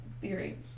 theory